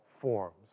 forms